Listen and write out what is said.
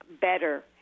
better